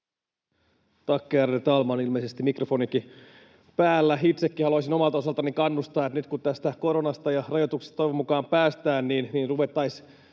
Tack, ärade talman! Ilmeisesti mikrofonikin päällä? — Itsekin haluaisin omalta osaltani kannustaa, että nyt kun tästä koronasta ja rajoituksista toivon mukaan päästään, ruvettaisiin